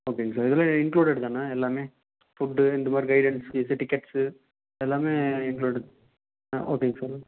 ஓகேங்க சார் இதெலாம் இன்க்ளூடட் தானே எல்லாமே ஃபுட்டு இந்த மாதிரி கைடென்சிஸ் டிக்கெட்ஸ்ஸு எல்லாமே இன்க்ளூடட் ஆ ஓகேங்க சார்